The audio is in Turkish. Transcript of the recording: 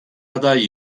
aday